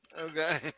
Okay